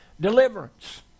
deliverance